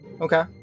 Okay